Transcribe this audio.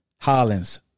Hollins